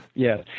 Yes